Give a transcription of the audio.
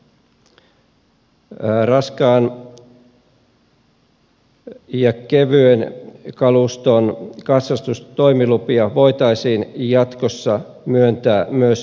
raskaan ja kevyen kaluston katsastustoimilupia voitaisiin jatkossa myöntää myös erikseen